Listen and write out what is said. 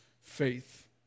faith